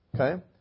okay